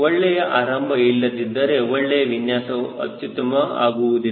ಒಳ್ಳೆಯ ಆರಂಭ ಇಲ್ಲದಿದ್ದರೆ ಒಳ್ಳೆಯ ವಿನ್ಯಾಸವು ಅತ್ಯುತ್ತಮ ಆಗುವುದಿಲ್ಲ